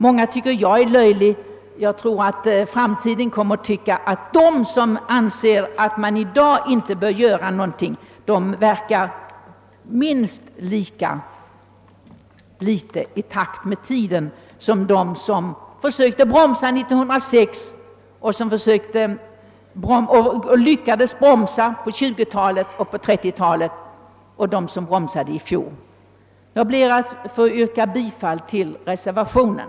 Många tycker att jag är löjlig; jag tror att framtiden kommer att tycka att de, som anser att man i dag inte bör göra någonting verkar minst lika litet i takt med tiden som de som försökte bromsa 1906, de som lyckades bromsa på 1920 och 1930-talen och de som bromsade i fjol. Jag ber att få yrka bifall till reservationen.